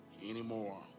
anymore